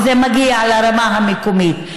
וזה מגיע לרמה המקומית.